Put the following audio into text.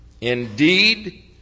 indeed